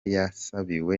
yasabiwe